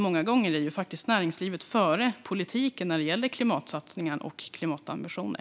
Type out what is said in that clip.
Många gånger är näringslivet före politiken när det gäller klimatsatsningar och klimatambitioner.